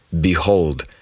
behold